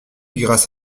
grâce